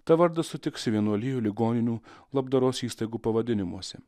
tą vardą sutiksi vienuolijų ligoninių labdaros įstaigų pavadinimuose